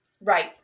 Right